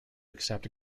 accept